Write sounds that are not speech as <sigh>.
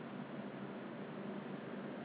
not human being bah kiasi <laughs>